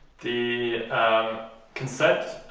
the um consent